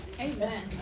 Amen